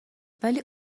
ولی